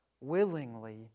willingly